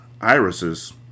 irises